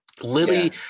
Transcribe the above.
Lily